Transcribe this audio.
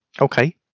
okay